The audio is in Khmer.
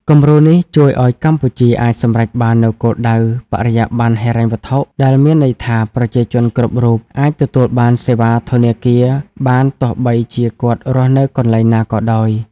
គំរូនេះជួយឱ្យកម្ពុជាអាចសម្រេចបាននូវគោលដៅ "បរិយាបន្នហិរញ្ញវត្ថុ" ដែលមានន័យថាប្រជាជនគ្រប់រូបអាចទទួលបានសេវាធនាគារបាន ទោះបីជាគាត់រស់នៅកន្លែងណាក៏ដោយ។